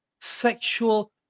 sexual